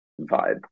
vibe